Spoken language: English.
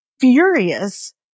furious